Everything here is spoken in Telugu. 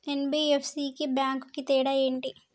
ఎన్.బి.ఎఫ్.సి కి బ్యాంక్ కి తేడా ఏంటి?